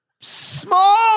small